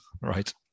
Right